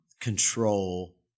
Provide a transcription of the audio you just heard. control